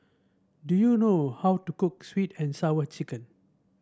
do you know how to cook sweet and Sour Chicken